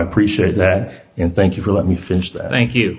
appreciate that and thank you for let me finish that thank you